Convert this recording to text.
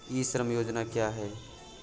ई श्रम योजना क्या है?